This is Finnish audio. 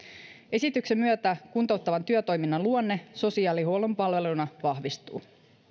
esityksen myötä kuntouttavan työtoiminnan luonne sosiaalihuollon palveluna vahvistuu